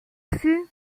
fut